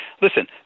listen